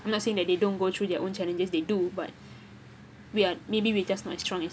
I'm not saying that they don't go through their own challenges they do but we are maybe we just not as strong as